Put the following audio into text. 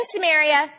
Samaria